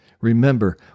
Remember